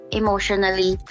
emotionally